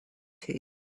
tea